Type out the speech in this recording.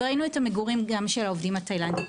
וראינו גם את המגורים של העובדים התאילנדים.